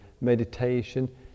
meditation